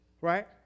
right